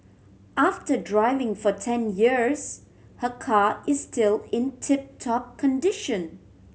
after driving for ten years her car is still in tip top condition